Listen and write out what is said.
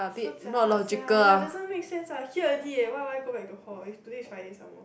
so jialat sia ya doesn't make sense ah here already eh why would I go back to hall if today is Friday some more